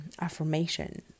affirmation